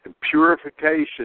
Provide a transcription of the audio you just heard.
purification